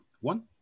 one